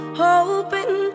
hoping